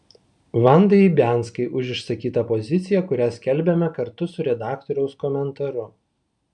vandai ibianskai už išsakytą poziciją kurią skelbiame kartu su redaktoriaus komentaru